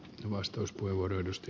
arvoisa puhemies